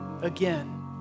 again